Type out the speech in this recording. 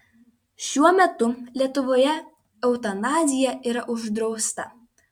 šiuo metu lietuvoje eutanazija yra uždrausta